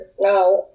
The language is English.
now